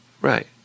Right